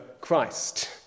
Christ